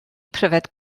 pryfed